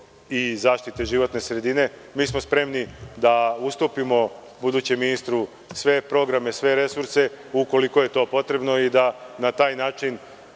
i zaštite životne sredine mi smo spremni da ustupimo budućem ministru sve programe, sve resurse ukoliko je to potrebno i da na taj način